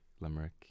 Limerick